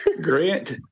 Grant